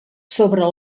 sobre